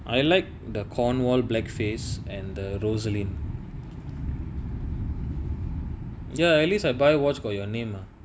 I like the cornwall black face and the rosaline ya at least I buy watch got your name mah